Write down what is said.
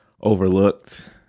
overlooked